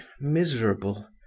miserable